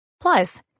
Plus